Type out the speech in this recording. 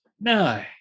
no